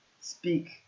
speak